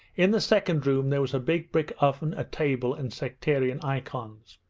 in the second room there was a big brick oven, a table, and sectarian icons.